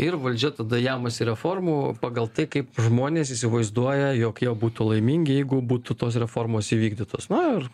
ir valdžia tada jamasi reformų pagal tai kaip žmonės įsivaizduoja jog jie būtų laimingi jeigu būtų tos reformos įvykdytos na ar